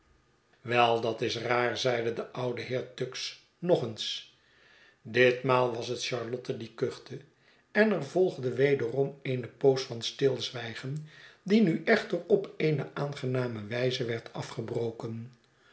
wel dat is raar zeide de oude heer tuggs nog eens ditmaal was het charlotte die kuchte en er volgde wederom eene poos van stilzwijgen die nu echter op eene aangename wyze werd afgebroken